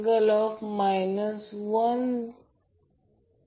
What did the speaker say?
हे उत्तर दिले नाही यासाठी एक एक्सरसाइज आहे